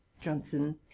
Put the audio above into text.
Johnson